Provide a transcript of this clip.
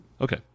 Okay